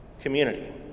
community